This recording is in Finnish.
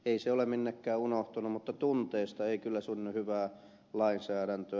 ei se ole minnekään unohtunut mutta tunteista ei kyllä synny hyvää lainsäädäntöä